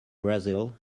brazil